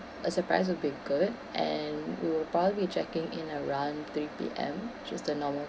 a surprise would be good and we will probably be checking in around three P_M just the normal